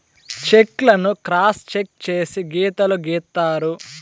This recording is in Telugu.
చెక్ లను క్రాస్ చెక్ చేసి గీతలు గీత్తారు